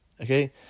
Okay